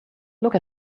look